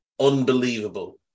unbelievable